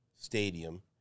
Stadium